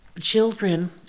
children